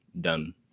done